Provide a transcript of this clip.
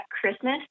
Christmas